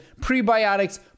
prebiotics